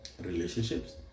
relationships